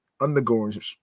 undergoing